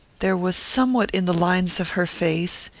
there was somewhat in the lines of her face,